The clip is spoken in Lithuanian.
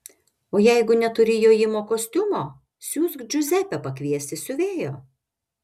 o jeigu neturi jojimo kostiumo siųsk džiuzepę pakviesti siuvėjo